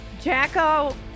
Jacko